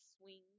swing